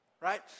right